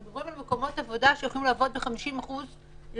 אנחנו מדברים על מקומות עבודה שיכולים לעבוד ב-50% תפוסה.